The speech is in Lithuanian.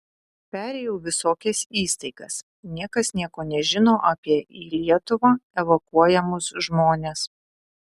perėjau visokias įstaigas niekas nieko nežino apie į lietuvą evakuojamus žmones